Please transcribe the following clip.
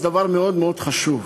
זה דבר מאוד מאוד חשוב.